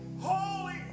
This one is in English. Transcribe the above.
Holy